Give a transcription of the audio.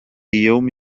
يوم